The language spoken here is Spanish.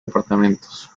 departamentos